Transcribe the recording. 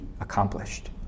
accomplished